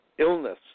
Illness